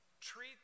treat